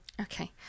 Okay